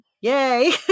yay